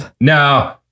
No